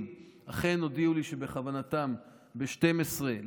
אכן הודיעו לי שבכוונתם ב-12:00,